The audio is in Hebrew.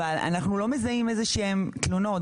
אבל אנחנו לא מזהים איזשהן תלונות.